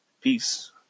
Peace